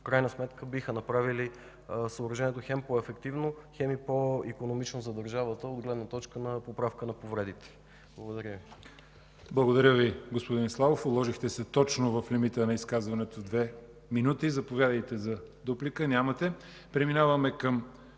в крайна сметка биха направили съоръжението хем по-ефективно, хем и по-икономично за държавата от гледна точка на поправка на повредите. Благодаря Ви. ПРЕДСЕДАТЕЛ ЯВОР ХАЙТОВ: Благодаря Ви, господин Славов. Уложихте се точно в лимита на изказването – две минути. Заповядайте за дуплика - нямате. Преминаваме към